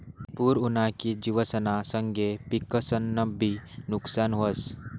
पूर उना की जिवसना संगे पिकंसनंबी नुकसान व्हस